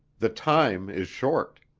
the time is short.